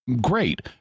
great